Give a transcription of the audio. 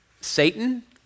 Satan